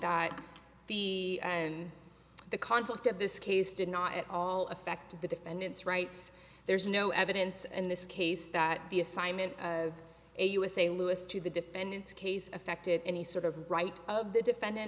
the and the conduct of this case did not at all affect the defendant's rights there's no evidence in this case that the assignment of a usa lewis to the defendant's case affected any sort of right of the defendant